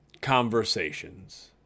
conversations